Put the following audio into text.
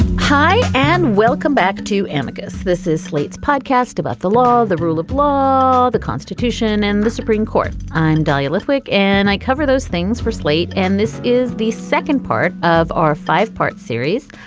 hi and welcome back to ambigous. this is slate's podcast about the law. the rule of law, the constitution and the supreme court. i'm dahlia lithwick and i cover those things for slate. and this is the second part of our five part series,